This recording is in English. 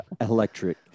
electric